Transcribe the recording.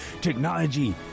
Technology